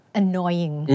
annoying